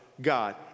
God